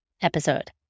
episode